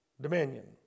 Dominion